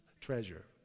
treasure